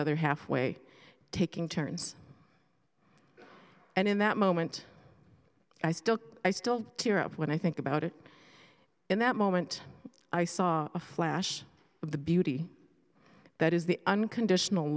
other half way taking turns and in that moment i still i still tear up when i think about it in that moment i saw a flash of the beauty that is the unconditional